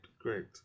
great